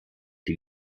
die